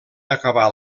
acabar